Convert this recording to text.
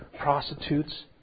prostitutes